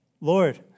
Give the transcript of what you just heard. Lord